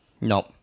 Nope